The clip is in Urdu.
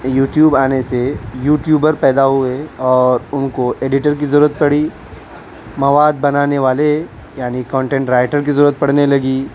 یوٹیوب آنے سے یوٹیوبر پیدا ہوئے اور ان کو ایڈیٹر کی ضرورت پڑی مواد بنانے والے یعنی کنٹینٹ رائٹر کی ضرورت پڑنے لگی